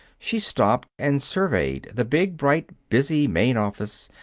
she stopped and surveyed the big, bright, busy main office,